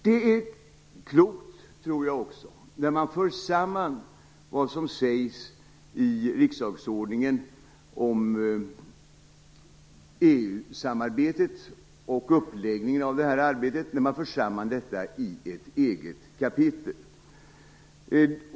Det är också klokt, tror jag, när man för samman vad som sägs i riksdagsordningen om EU-samarbetet och om uppläggningen av arbetet i ett eget kapitel.